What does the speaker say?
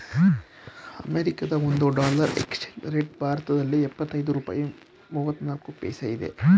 ಅಮೆರಿಕದ ಒಂದು dollar exchange rate ಭಾರತದಲ್ಲಿ ಎಪ್ಪತ್ತೈದು ರೂಪಾಯಿ ಮೂವ್ನಾಲ್ಕು ಪೈಸಾ ಇದೆ